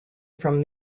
from